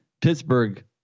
Pittsburgh